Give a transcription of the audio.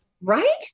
right